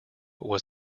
was